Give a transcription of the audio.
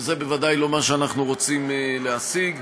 וזה בוודאי לא מה שאנחנו רוצים להשיג.